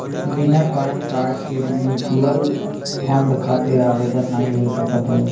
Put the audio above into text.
बिना PAN card के mutual fund खातिर आवेदन नाइ हो सकत हवे